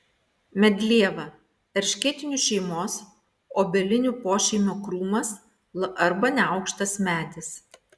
medlieva erškėtinių šeimos obelinių pošeimio krūmas arba neaukštas medis